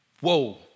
Whoa